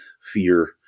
fear